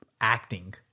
acting